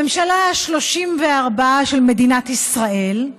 הממשלה ה-34 של מדינת ישראל,